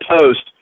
post